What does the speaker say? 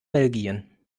belgien